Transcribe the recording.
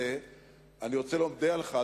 אני רוצה להודיע לך,